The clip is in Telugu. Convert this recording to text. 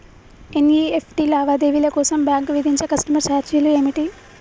ఎన్.ఇ.ఎఫ్.టి లావాదేవీల కోసం బ్యాంక్ విధించే కస్టమర్ ఛార్జీలు ఏమిటి?